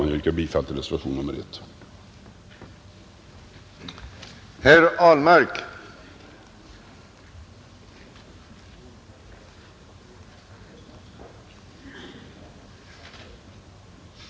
Jag yrkar bifall till reservationen 1 vid konstitutionsutskottets betänkande nr 32.